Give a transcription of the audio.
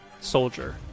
soldier